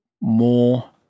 more